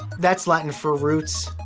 that's latin for roots.